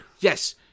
yes